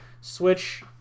switch